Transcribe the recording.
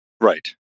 Right